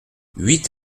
huit